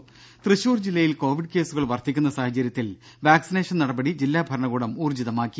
രുര തൃശൂർ ജില്ലയിൽ കോവിഡ് കേസുകൾ വർദ്ധിക്കുന്ന സാഹചര്യത്തിൽ വാക്സിനേഷൻ നടപടി ജില്ലാഭരണകൂടം ഊർജ്ജിതമാക്കി